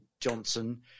Johnson